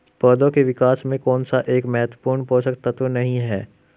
पौधों के विकास में कौन सा एक महत्वपूर्ण पोषक तत्व नहीं है?